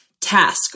task